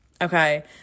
Okay